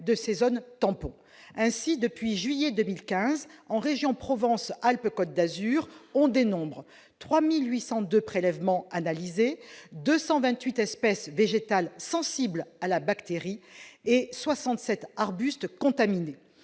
de ces zones tampons. Ainsi, depuis le mois de juillet 2015, en région Provence-Alpes-Côte d'Azur, on dénombre 3 802 prélèvements analysés, 228 espèces végétales sensibles à la bactérie et 67 arbustes contaminés.